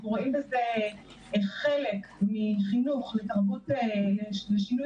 אנחנו רואים בזה חלק מחינוך לשינוי